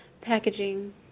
packaging